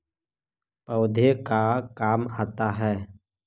पौधे का काम आता है?